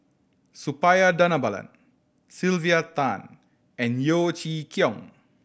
Suppiah Dhanabalan Sylvia Tan and Yeo Chee Kiong